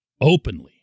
openly